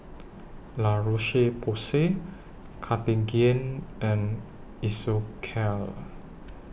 La Roche Porsay Cartigain and Isocal